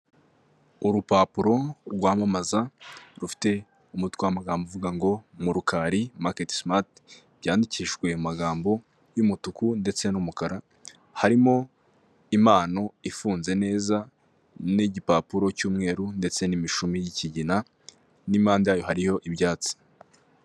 Urupapuro rwamamaza rufite umutwa w'amagambo uvuga ngo mu Rukari maketisimati byandikishi mu magambo y'umutuku ndetse n'umukara harimo impano ifunze neza n'igipapuro cy'umweru ndetse n'imishumi y'ikigina n'impande yayo hariho ibyatsi.